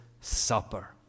Supper